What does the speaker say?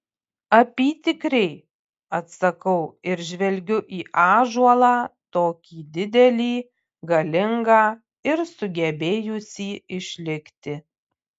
apytikriai atsakau ir žvelgiu į ąžuolą tokį didelį galingą ir sugebėjusį išlikti